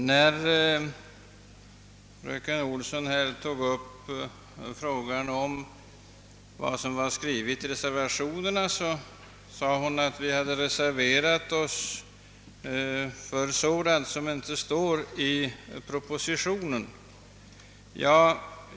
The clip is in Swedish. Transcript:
Herr talman! Fröken Olsson sade att vi reserverat oss i frågor som inte berörs i propositionen.